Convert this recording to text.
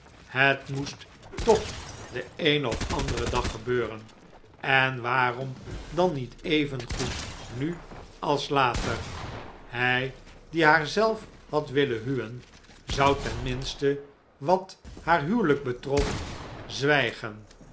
het moest toch den een of anderen dag gebeuren en waarom dan niet evengoed nu als later hij die haar zelf had willen huwen zou ten minste wat haar huwelijk betrof zwijgen